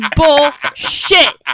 bullshit